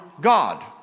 God